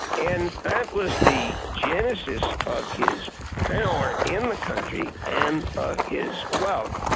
and that was the genesis of his power in the country and of his wealth.